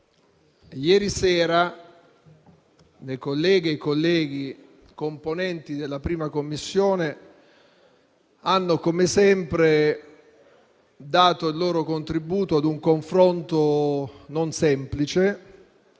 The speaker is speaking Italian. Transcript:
e i colleghi componenti della 1a Commissione hanno, come sempre, dato il loro contributo ad un confronto non semplice,